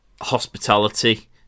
hospitality